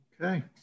Okay